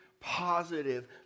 positive